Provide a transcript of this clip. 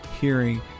hearing